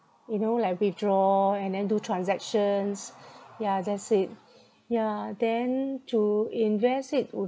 you know like withdraw and then do transactions yeah that's it yeah then to invest it would